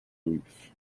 grief